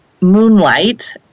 moonlight